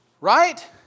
Right